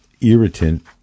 irritant